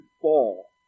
fall